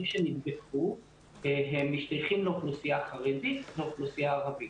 שנבדקו משתייכים לאוכלוסייה החרדית ולאוכלוסייה הערבית.